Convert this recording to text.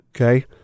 okay